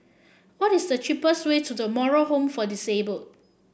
what is the cheapest way to The Moral Home for Disabled